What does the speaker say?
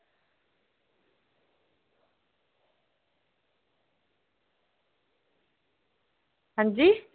अंजी